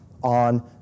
on